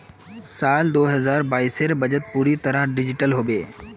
साल दो हजार बाइसेर बजट पूरा तरह डिजिटल हबे